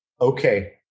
Okay